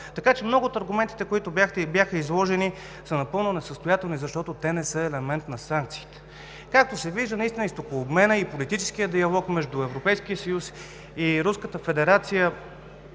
така че много от аргументите, които бяха изложени, са напълно несъстоятелни, защото те не са елемент на санкциите. Както се вижда и стокообменът, и политическият диалог между Европейския съюз и Руската федерация